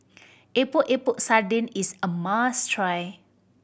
Epok Epok Sardin is a must try